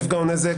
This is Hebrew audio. מפגע או נזק".